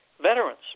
veterans